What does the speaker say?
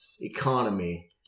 economy